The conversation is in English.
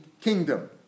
kingdom